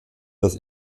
das